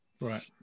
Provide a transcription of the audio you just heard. Right